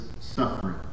suffering